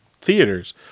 theaters